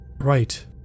Right